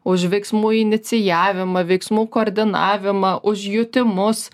už veiksmų inicijavimą veiksmų koordinavimą už jutimus